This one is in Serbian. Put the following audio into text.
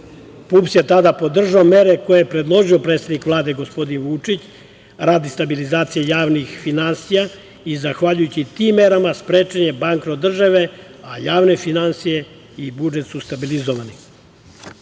PUPS je tada podržao mere koje je predložio predsednik Vlade, gospodin Vučić, radi stabilizacije javnih finansija i zahvaljujući tim merama sprečen je bankrot države, a javne finansije i budžet su stabilizovani.